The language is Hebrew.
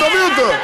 תביאו אותו.